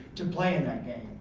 to play in that game.